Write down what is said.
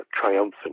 triumphant